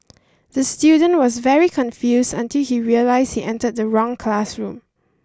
the student was very confused until he realised he entered the wrong classroom